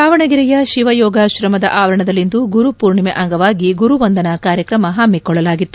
ದಾವಣಗೆರೆಯ ಶಿವಯೋಗಾಶ್ರಮದ ಆವರಣದಲ್ಲಿಂದು ಗುರುಪೂರ್ಣೆಮೆ ಅಂಗವಾಗಿ ಗುರುವಂದನಾ ಕಾರ್ಯಕ್ರಮ ಹಮ್ಮಿಕೊಳ್ಳಲಾಗಿತ್ತು